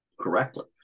correctly